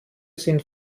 sind